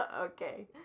Okay